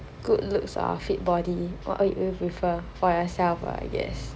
good looks or fit body what would you prefer for yourself lah I guess